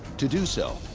to do so,